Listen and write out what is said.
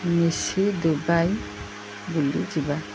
ମିଶି ଦୁବାଇ ବୁଲିଯିବା